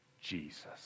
Jesus